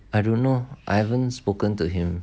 I don't know I haven't spoken to him